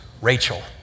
Rachel